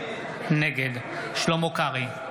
נגד שלמה קרעי,